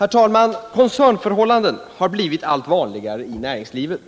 m.m. Ng Koncernförhållanden har blivit allt vanligare i näringslivet.